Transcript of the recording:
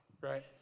right